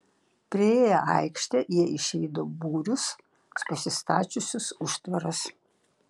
priėję aikštę jie išvydo būrius pasistačiusius užtvaras